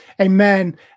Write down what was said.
amen